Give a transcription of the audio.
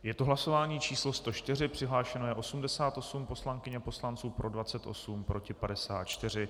Je to hlasování číslo 104, přihlášeno je 88 poslankyň a poslanců, pro 28, proti 54.